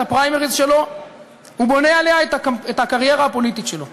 הפריימריז שלו ובונה עליה את הקריירה הפוליטית שלו,